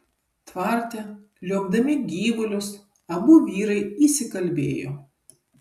tvarte liuobdami gyvulius abu vyrai įsikalbėjo